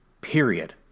period